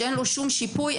שאין לו שום שיפוי,